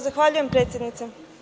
Zahvaljujem predsednice.